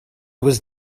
was